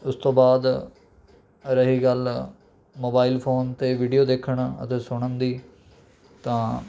ਉਸ ਤੋਂ ਬਾਅਦ ਰਹੀ ਗੱਲ ਮੋਬਾਇਲ ਫ਼ੋਨ 'ਤੇ ਵੀਡਿਓ ਦੇਖਣ ਅਤੇ ਸੁਣਨ ਦੀ ਤਾਂ